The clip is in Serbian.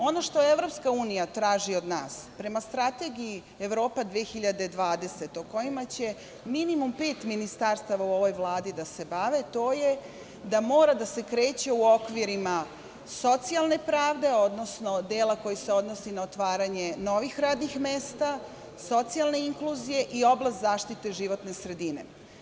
Ono što EU traži od nas, prema Strategiji Evropa 2020, kojimaće minimumpet ministarstava u ovoj Vladi da se bave, to je da mora da se kreće u okvirima socijalne pravde, odnosno dela koji se odnosi na otvaranje novih radnih mesta, socijalne inkluzije i oblast zaštite životne sredine.